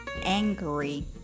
angry